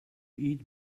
eat